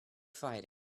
fighting